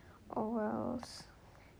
oh wells